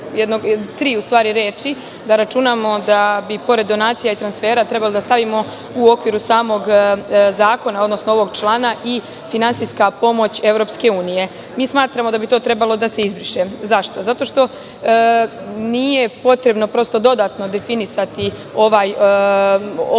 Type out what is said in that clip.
tri reči, da računamo da bi pored donacija i transfera trebali da stavimo u okviru samog zakona, odnosno ovog člana i "finansijska pomoć EU".Mi smatramo da bi to trebalo da se izbriše. Zašto? Zato što nije potrebno dodatno definisati ovaj pojam.